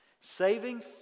Saving